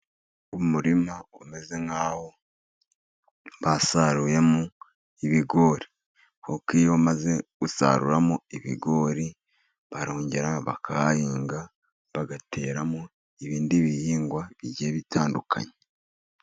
Umurima umeze nk'aho basaruyemo ibigori. Kuko iyo bamaze gusaruramo ibigori barongera bakahahinga, bagateramo ibindi bihingwa bigiye bitandukanye.